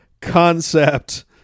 concept